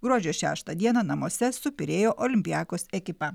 gruodžio šeštą dieną namuose su pirėjo olympiakos ekipa